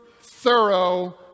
thorough